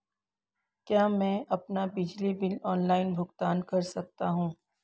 क्या मैं अपना बिजली बिल ऑनलाइन भुगतान कर सकता हूँ?